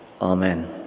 Amen